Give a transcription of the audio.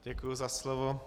Děkuju za slovo.